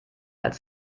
als